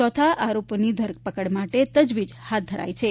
ચોથા આરોપીની ધરપકડ માટે તજવીજ હાથ ધરાઈ છે